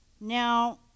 Now